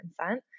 consent